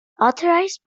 authorised